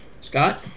Scott